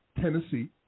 Tennessee